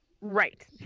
Right